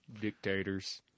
Dictators